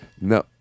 No